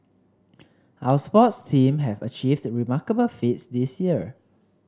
our sports teams have achieved remarkable feats this year